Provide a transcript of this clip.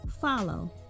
follow